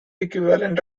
equivalent